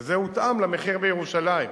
וזה הותאם למחיר בירושלים,